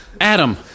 Adam